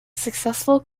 successful